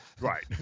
Right